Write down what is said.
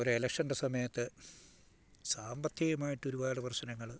ഒരെലക്ഷൻ്റെ സമയത്ത് സാമ്പത്തികമായിട്ടൊരുപാട് പ്രശ്നങ്ങൾ